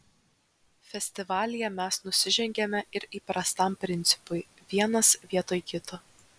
festivalyje mes nusižengiame ir įprastam principui vienas vietoj kito